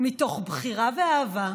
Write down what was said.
מתוך בחירה ואהבה,